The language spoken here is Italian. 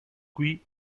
qui